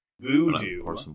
voodoo